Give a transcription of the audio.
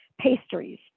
pastries